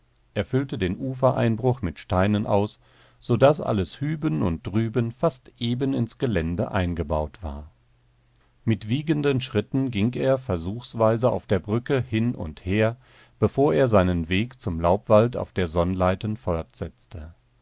füllte den ufereinbruch mit steinen aus so daß alles hüben und drüben fast eben ins gelände eingebaut war mit wiegenden schritten ging er versuchsweise auf der brücke hin und her bevor er seinen weg zum laubwald auf der sonnleiten fortsetzte